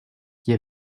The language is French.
qui